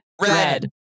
red